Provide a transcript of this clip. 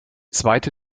zweite